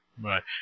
Right